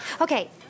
Okay